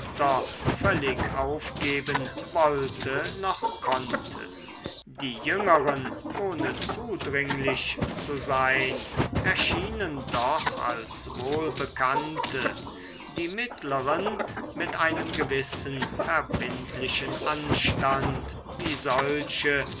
völlig aufgeben wollte noch konnte die jüngeren ohne zudringlich zu sein erschienen doch als wohlbekannte die mittleren mit einem gewissen verbindlichen anstand wie solche